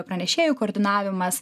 pranešėjų koordinavimas